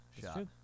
shot